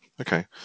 Okay